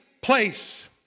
place